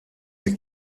der